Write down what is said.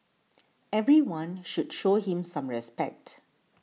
everyone should show him some respect